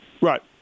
Right